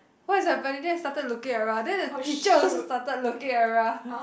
what's happening then we started looking around then the teacher also started looking around